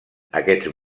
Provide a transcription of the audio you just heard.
aquests